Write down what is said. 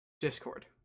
Discord